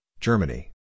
Germany